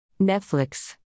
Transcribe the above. Netflix